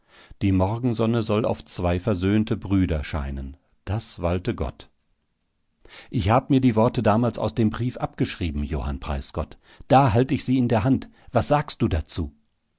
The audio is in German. die morgensonne soll auf zwei versöhnte brüder scheinen das walte gott ich hab mir die worte damals aus dem brief abgeschrieben johann preisgott da halt ich sie in der hand was sagst du dazu